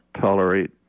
tolerate